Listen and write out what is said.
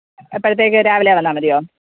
എപ്പോഴത്തേക്ക് രാവിലെ വന്നാൽ മതിയോ